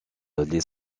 les